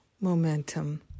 momentum